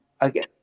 again